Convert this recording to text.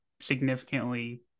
significantly